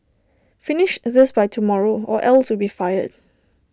finish this by tomorrow or else you'll be fired